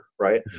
right